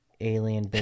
alien